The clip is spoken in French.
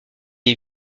est